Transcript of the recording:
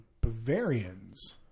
Bavarians